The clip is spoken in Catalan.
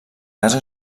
casa